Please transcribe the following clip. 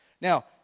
Now